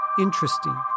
interesting